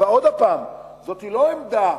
עוד פעם, זו לא עמדה